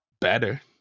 Better